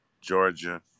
Georgia